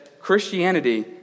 Christianity